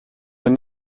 were